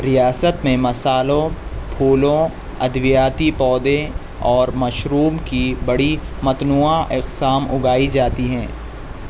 ریاست میں مصالحوں پھولوں ادویاتی پودے اور مشروم کی بڑی متنوع اقسام اگائی جاتی ہیں